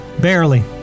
Barely